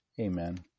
Amen